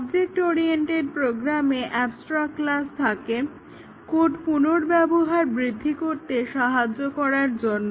object oriented প্রোগ্রামে abstract class থাকে code পুনর্ব্যবহার বৃদ্ধি করতে সাহায্য করার জন্য